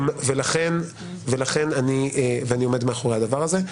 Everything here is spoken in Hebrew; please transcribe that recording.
אני עומד מאחורי הדבר הזה.